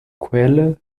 quelle